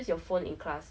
salah